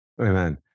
Amen